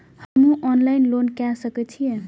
हमू loan online के सके छीये की?